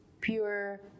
pure